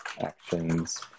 actions